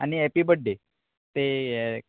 आनी happy birthday ते ये